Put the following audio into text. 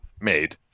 made